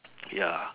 ya